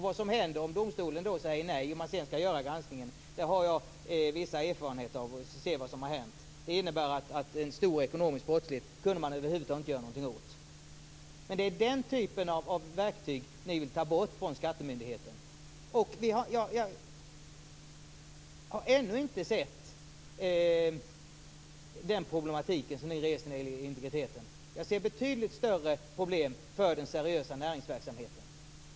Vad som händer om domstolen säger nej och man sedan skall göra en granskning har jag vissa erfarenheter av. Jag har sett vad som har hänt. Det kan innebära att man över huvud taget inte kan göra något åt en stor ekonomisk brottslighet. Det är den typen av verktyg som ni vill ta bort från skattemyndigheten. Jag har ännu inte sett den problematik som ni talar om när det gäller integriteten. Jag ser betydligt större problem för den seriösa näringsverksamheten.